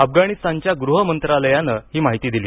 अफगाणिस्तानचे गृहमंत्री यांनी ही माहिती दिली